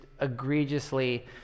egregiously